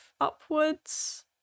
upwards